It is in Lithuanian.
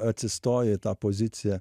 atsistoja į tą poziciją